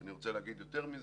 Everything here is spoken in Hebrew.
אני רוצה להגיד יותר מזה.